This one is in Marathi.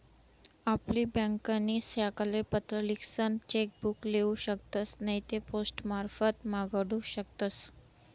आपली ब्यांकनी शाखाले पत्र लिखीसन चेक बुक लेऊ शकतस नैते पोस्टमारफत मांगाडू शकतस